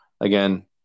Again